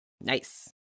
Nice